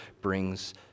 brings